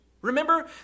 Remember